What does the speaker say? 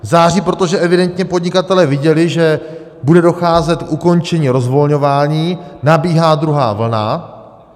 Září, protože evidentně podnikatelé viděli, že bude docházet k ukončení rozvolňování, nabíhá druhá vlna.